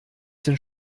sind